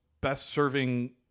best-serving